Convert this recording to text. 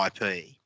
IP